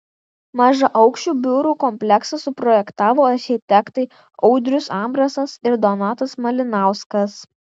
mažaaukščių biurų kompleksą suprojektavo architektai audrius ambrasas ir donatas malinauskas